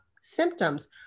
symptoms